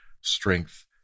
strength